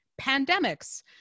pandemics